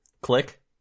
Click